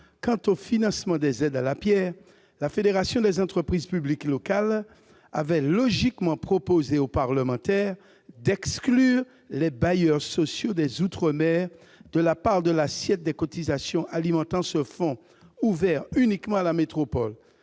quant au financement des aides à la pierre, la Fédération des entreprises publiques locales avait logiquement proposé aux parlementaires d'exclure les bailleurs sociaux des outre-mer de la part de l'assiette des cotisations alimentant ce fonds ouvert uniquement à la métropole.